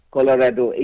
Colorado